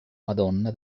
madonna